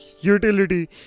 utility